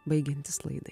baigiantis laidai